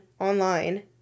online –